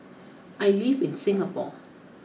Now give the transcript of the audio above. I live in Singapore